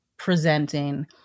presenting